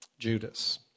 Judas